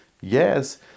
Yes